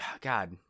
God